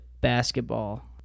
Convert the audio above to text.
basketball